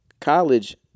college